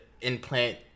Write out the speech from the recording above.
implant